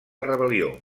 rebel·lió